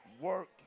work